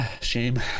Shame